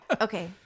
Okay